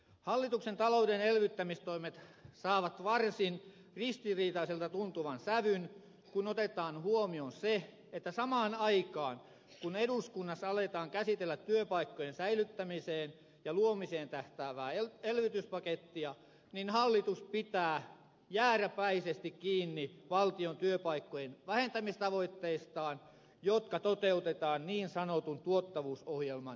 hallituksen talouden elvyttämistoimet saavat varsin ristiriitaiselta tuntuvan sävyn kun otetaan huomioon se että samaan aikaan kun eduskunnassa aletaan käsitellä työpaikkojen säilyttämiseen ja luomiseen tähtäävää elvytyspakettia hallitus pitää jääräpäisesti kiinni valtion työpaikkojen vähentämistavoitteistaan jotka toteutetaan niin sanotun tuottavuusohjelman nimissä